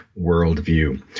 Worldview